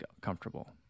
comfortable